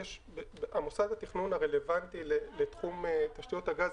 המוסד לתכנון הרלוונטי לתחום תשתיות הגז,